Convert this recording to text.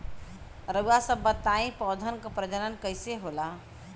रउआ सभ बताई पौधन क प्रजनन कईसे होला?